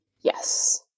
yes